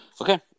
Okay